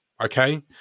okay